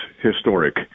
historic